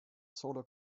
solo